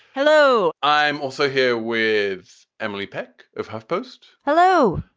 hello. i'm also here with emily peck of huff post. hello.